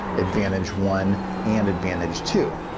advantage one, and advantage two.